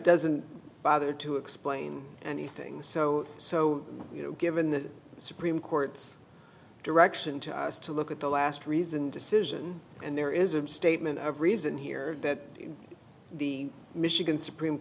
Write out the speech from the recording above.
doesn't bother to explain anything so so you know given the supreme court's direction to us to look at the last reasoned decision and there is a statement of reason here that the michigan supreme